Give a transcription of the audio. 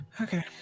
Okay